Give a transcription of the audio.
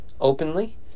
openly